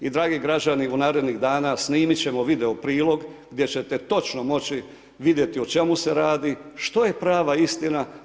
I dragi građani u narednih dana snimit ćemo video prilog gdje ćete točno moći vidjeti o čemu se radi, što je prava istina.